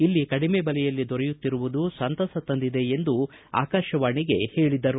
ಇಲ್ಲಿ ಕಡಿಮೆ ್ಟೆಲೆಯಲ್ಲಿ ದೊರೆಯುತ್ತಿರುವುದು ಸಂತಸ ತಂದಿದೆ ಎಂದು ಆಕಾಶವಾಣಿಗೆ ಹೇಳಿದರು